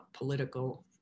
political